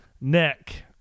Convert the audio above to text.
Nick